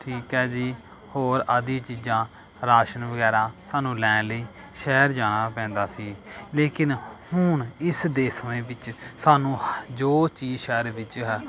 ਠੀਕ ਹੈ ਜੀ ਹੋਰ ਆਦਿ ਚੀਜ਼ਾਂ ਰਾਸ਼ਨ ਵਗੈਰਾ ਸਾਨੂੰ ਲੈਣ ਲਈ ਸ਼ਹਿਰ ਜਾਣਾ ਪੈਂਦਾ ਸੀ ਲੇਕਿਨ ਹੁਣ ਇਸ ਦੇਸ਼ ਮੇ ਵਿੱਚ ਸਾਨੂੰ ਜੋ ਚੀਜ਼ ਸ਼ਹਿਰ ਵਿੱਚ ਹੈ